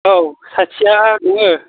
औ साथिया दङ